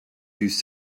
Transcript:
use